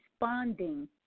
responding